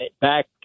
back